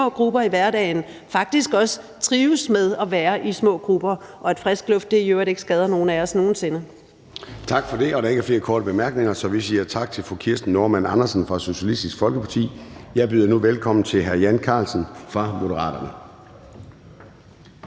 grupper i hverdagen og faktisk også trives med at være i små grupper, og at frisk luft i øvrigt ikke skader nogen af os nogen sinde. Kl. 13:08 Formanden (Søren Gade): Tak for det. Der er ikke flere korte bemærkninger, så vi siger tak til fru Kirsten Normann Andersen fra Socialistisk Folkeparti. Jeg byder nu velkommen til hr. Jan Carlsen fra Moderaterne.